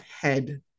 head